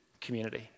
community